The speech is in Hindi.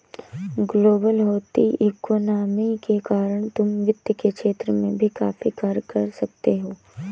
ग्लोबल होती इकोनॉमी के कारण तुम वित्त के क्षेत्र में भी काफी कार्य कर सकते हो